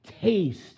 taste